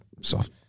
Soft